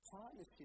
Partnership